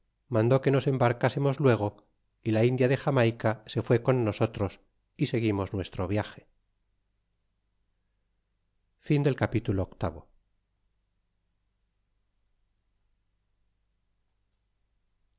mandó que nos embarcasemos luego y la india de xarnaica se fuó con nosotros y seguimos nuestro viage capitulo